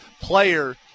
player